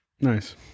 Nice